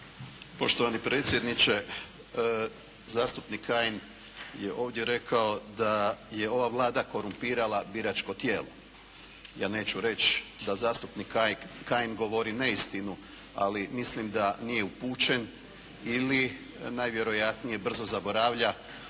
Poštovani predsjedniče. Zastupnik Kajin je ovdje rekao da je ova Vlada korumpirala biračko tijelo. Ja neću reći da zastupnik Kajin govori neistinu, ali mislim da nije upućen ili najvjerojatnije brzo zaboravlja onaj